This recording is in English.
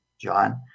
John